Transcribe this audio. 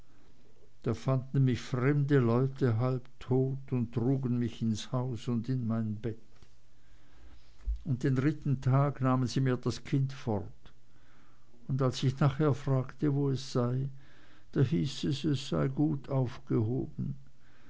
da fanden mich fremde leute halb tot und trugen mich ins haus und in mein bett und den dritten tag nahmen sie mir das kind fort und als ich nachher fragte wo es sei da hieß es es sei gut aufgehoben